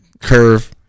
Curve